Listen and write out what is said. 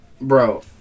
Bro